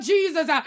Jesus